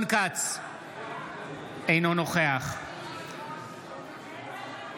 אינו נוכח מיקי לוי,